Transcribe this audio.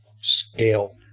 scale